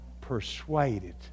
persuaded